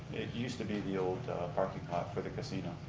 it used to be the old parking lot for the casino.